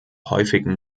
häufigen